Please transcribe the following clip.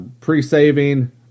pre-saving